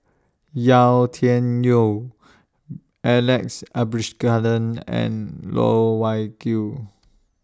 Yau Tian Yau Alex Abisheganaden and Loh Wai Kiew